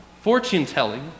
fortune-telling